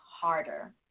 harder